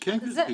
כן גברתי,